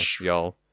y'all